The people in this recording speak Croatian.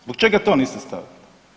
Zbog čega to niste stavili?